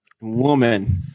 Woman